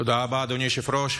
תודה רבה, אדוני היושב-ראש.